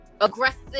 aggressive